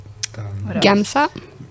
Gamsa